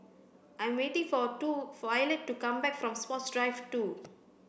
I'm waiting for two Violet to come back from Sports Drive two